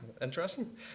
interesting